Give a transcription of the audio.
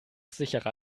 sicherer